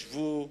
ישבו,